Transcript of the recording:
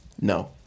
No